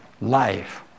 life